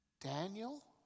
Daniel